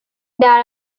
there